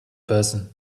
person